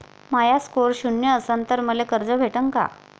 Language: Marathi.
माया स्कोर शून्य असन तर मले कर्ज भेटन का?